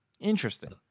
Interesting